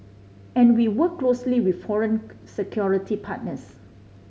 and we work closely with foreign security partners